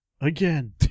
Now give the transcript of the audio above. again